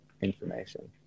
information